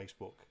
Facebook